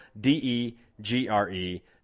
D-E-G-R-E